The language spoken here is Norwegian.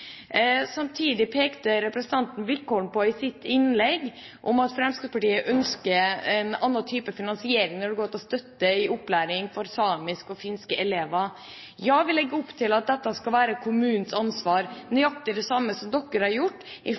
Samtidig pekte representanten Wickholm i sitt innlegg på at Fremskrittspartiet ønsker en annen type finansiering når det gjelder støtte til opplæring for samiske og finske elever. Ja, vi legger opp til at dette skal være kommunens ansvar – nøyaktig det samme som dere har gjort i